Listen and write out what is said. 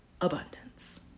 abundance